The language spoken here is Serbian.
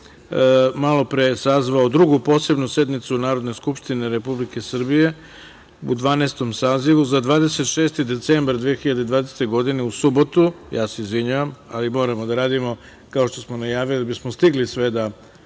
malopre sazvao Drugu posebnu sednicu Narodne skupštine Republike Srbije u Dvanaestom sazivu za 26. decembar 2020. godine u subotu. Ja se izvinjavam, ali moramo da radimo kao što smo najavili da bismo stigli sve da